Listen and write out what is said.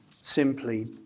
simply